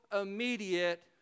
immediate